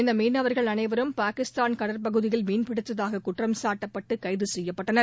இந்த மீனவர்கள் அனைவரும் பாகிஸ்தான் கடற்பகுதியில் மீன்பிடித்ததாக குற்றம்சாட்டப்பட்டு கைது செய்யப்பட்டனர்